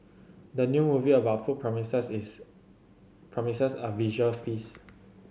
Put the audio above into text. the new movie about food promises is promises a visual feast